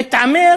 מתעמר